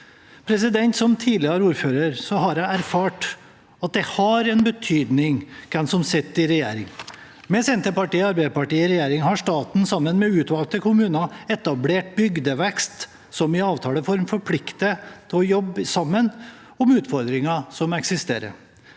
Som tidligere ordfører har jeg erfart at det har betydning hvem som sitter i regjering. Med Senterpartiet og Arbeiderpartiet i regjering har staten, sammen med utvalgte kommuner, etablert bygdevekst, som i avtaleform forplikter til å jobbe sammen om utfordringer som eksisterer.